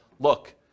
look